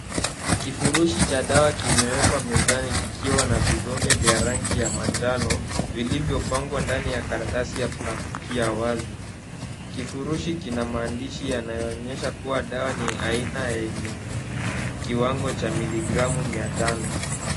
Kifurushi cha dawa kimewekwa mezani kikiwa na vidonge vya rangi ya manjano, vilivyopangwa ndani ya karatasi ya plastiki ya wazi. Kifurushi kina maandishi yanayoonyesha kuwa dawa ni ya aina yenye kiwango cha miligramu mia tano.